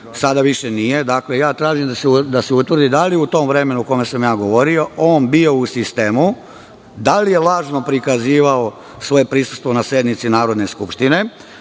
Sada više nije. Dakle, ja tražim da se utvrdi da li je u tom vremenu o kome sam ja govorio on bio u sistemu, da li je lažno prikazivao svoje prisustvo na sednici Narodne skupštine,